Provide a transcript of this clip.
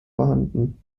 vorhanden